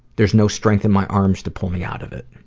there is no strength in my arm to pull me out of it.